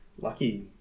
lucky